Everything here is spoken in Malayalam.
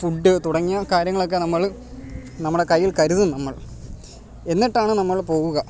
ഫുഡ് തുടങ്ങിയ കാര്യങ്ങളൊക്കെ നമ്മൾ നമ്മുടെ കയ്യില് കരുതും നമ്മള് എന്നിട്ടാണ് നമ്മൾ പോവുക